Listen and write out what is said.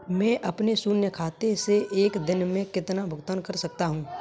मैं अपने शून्य खाते से एक दिन में कितना भुगतान कर सकता हूँ?